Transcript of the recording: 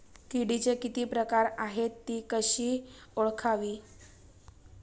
किडीचे किती प्रकार आहेत? ति कशी ओळखावी?